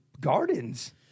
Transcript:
gardens